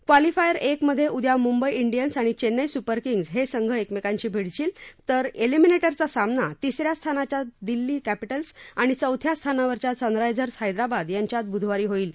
qualifier एक मधे उद्या मुंबई डियन्स आणि चैन्नई सुपर किंग्ज हे संघ एकमेकांशी भिडतील तर लिमिनेटरचा सामना तिस या स्थानाच्या दिल्ली कॅपिटल्स आणि चौथ्या स्थानावरचा सनरा झर्स हैदराबाद यांच्यात बुधवारी होईल